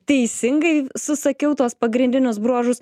teisingai susakiau tuos pagrindinius bruožus